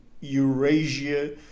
Eurasia